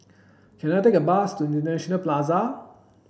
can I take a bus to International Plaza